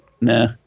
Nah